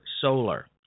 solar